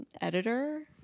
editor